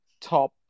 top